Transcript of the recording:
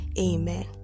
amen